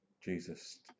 Jesus